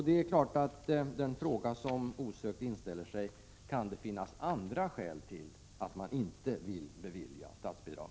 Det är klart att frågan osökt inställer sig: Kan det finnas andra skäl till att man inte vill bevilja statsbidrag?